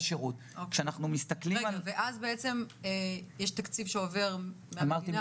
ואז יש תקציב שעובר מהמדינה לרשויות?